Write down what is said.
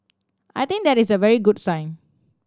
I think that is a very good sign